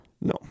No